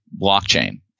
blockchain